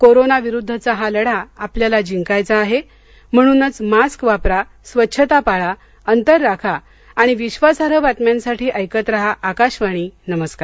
corona विरुद्धचा हा लढा आपल्याला जिंकायचा आहे म्हणूनच मास्क वापरा स्वच्छता पाळा अंतर राखा आणि विधासार्ह बातम्यांसाठी ऐकत रहा आकाशवाणी नमस्कार